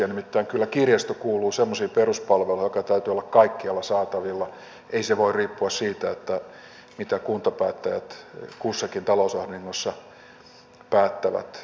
nimittäin kyllä kirjasto kuuluu semmoisiin peruspalveluihin joiden täytyy olla kaikkialla saatavilla ei se voi riippua siitä mitä kuntapäättäjät kussakin talousahdingossa päättävät